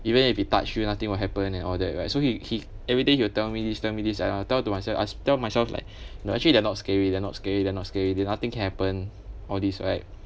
even if they touch you nothing will happen and all that right so he he every day he will tell me this tell me this and I'll tell to myself I'll tell myself like you know actually they're not scary they're not scary they're not scary then nothing can happen all these right